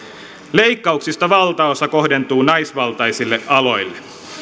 leikkauksista valtaosa kohdentuu naisvaltaisille aloille